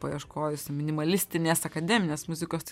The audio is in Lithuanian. paieškojus minimalistinės akademinės muzikos tai